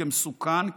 כמסוכן,